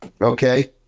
okay